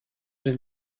den